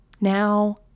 Now